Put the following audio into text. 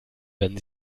wenn